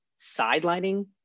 sidelining